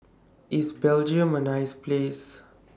IS Belgium A nice Place